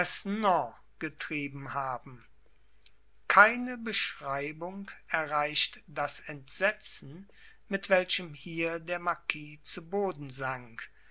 getrieben haben keine beschreibung erreicht das entsetzen mit welchem hier der marquis zu boden sank